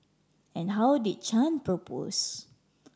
and how did Chan propose